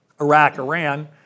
Iraq-Iran